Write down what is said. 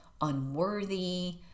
unworthy